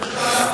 שאני אדע למה.